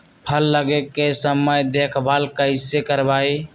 फल लगे के समय देखभाल कैसे करवाई?